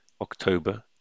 October